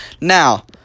Now